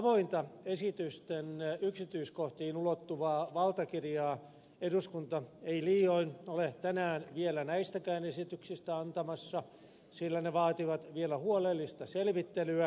avointa esitysten yksityiskohtiin ulottuvaa valtakirjaa eduskunta ei liioin ole tänään vielä näistäkään esityksistä antamassa sillä ne vaativat vielä huolellista selvittelyä ja harkintaa